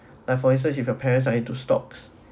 like for instance if your parents are into stocks